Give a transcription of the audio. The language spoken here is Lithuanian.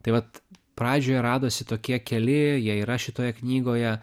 tai vat pradžioje radosi tokie keli jie yra šitoje knygoje